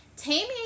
Tammy